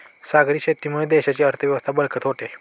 सागरी शेतीमुळे देशाची अर्थव्यवस्था बळकट होते